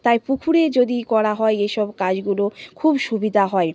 তাই পুকুরে যদি করা হয় এসব কাজগুলো খুব সুবিধা হয়